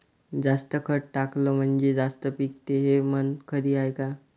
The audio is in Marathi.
जास्त खत टाकलं म्हनजे जास्त पिकते हे म्हन खरी हाये का?